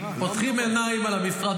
פותחים עיניים על המשרד,